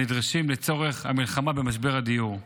מה שנדרש לצורך המלחמה במשבר הדיור.